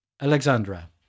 Alexandra